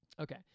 Okay